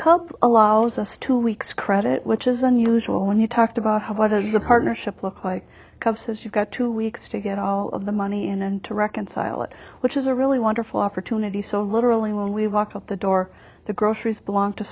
culp allows us to weeks credit which is unusual when you talked about what is the partnership look like cub says you've got two weeks to get all of the money in and to reconcile it which is a really wonderful opportunity so literally when we walk out the door the groceries belong to